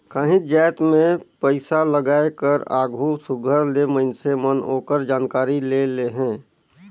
काहींच जाएत में पइसालगाए कर आघु सुग्घर ले मइनसे मन ओकर जानकारी ले लेहें